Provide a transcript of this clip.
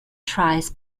tries